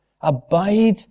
Abide